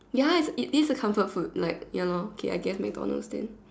ya it's it is a comfort food like ya loh then I guess McDonalds then